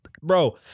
Bro